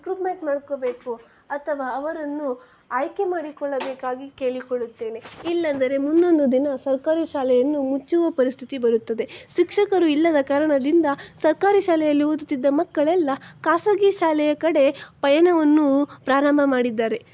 recruitment ಮಾಡ್ಕೋಬೇಕು ಅಥವಾ ಅವರನ್ನು ಆಯ್ಕೆ ಮಾಡಿಕೊಳ್ಳಬೇಕಾಗಿ ಕೇಳಿಕೊಳ್ಳುತ್ತೇನೆ ಇಲ್ಲಂದರೆ ಮುಂದೊಂದು ದಿನ ಸರ್ಕಾರಿ ಶಾಲೆಯನ್ನು ಮುಚ್ಚುವ ಪರಿಸ್ಥಿತಿ ಬರುತ್ತದೆ ಶಿಕ್ಷಕರು ಇಲ್ಲದ ಕಾರಣದಿಂದ ಸರ್ಕಾರಿ ಶಾಲೆಯಲ್ಲಿ ಓದುತ್ತಿದ್ದ ಮಕ್ಕಳೆಲ್ಲ ಖಾಸಗಿ ಶಾಲೆಯ ಕಡೆ ಪಯಣವನ್ನು ಪ್ರಾರಂಭ ಮಾಡಿದ್ದಾರೆ